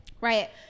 right